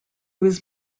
was